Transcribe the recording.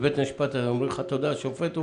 בבית המשפט אומר לך השופט תודה,